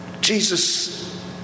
Jesus